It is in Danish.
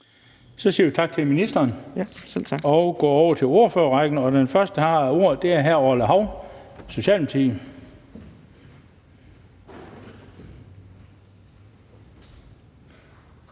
Så siger vi tak til ministeren og går over til ordførerrækken, og den første, der har ordet, er hr. Orla Hav, Socialdemokratiet.